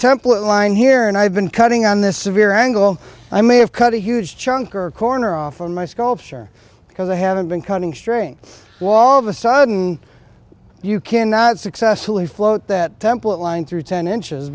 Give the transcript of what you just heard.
template line here and i've been cutting on this severe angle i may have cut a huge chunk or corner off from my sculpture because i haven't been cutting string wall of a sudden you cannot successfully float that template line through ten inches